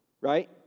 right